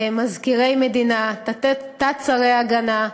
מזכירי מדינה, תתי-שרים במשרד ההגנה,